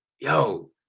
yo